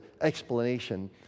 explanation